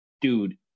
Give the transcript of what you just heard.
dude